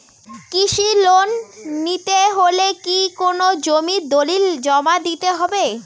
কৃষি লোন নিতে হলে কি কোনো জমির দলিল জমা দিতে হবে?